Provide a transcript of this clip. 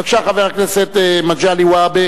בבקשה, חבר הכנסת מגלי והבה.